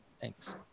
Thanks